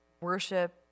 worship